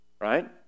right